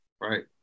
Right